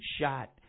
shot